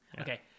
Okay